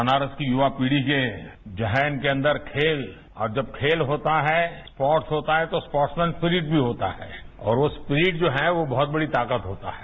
बनारस की युवा पीढ़ी के जहन के अंदर खेल और जब खेल होता है स्पोर्ट्स होता है तो स्पोर्ट्स में स्पिलीड भी होता है और स्पिलीड जो है वो बहुत बड़ी ताकत होता है